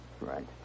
Right